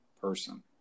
person